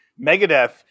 Megadeth